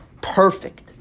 perfect